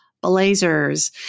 blazers